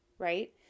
right